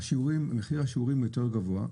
מחיר השיעורים יותר גבוה.